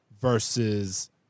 versus